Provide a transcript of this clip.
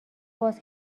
باز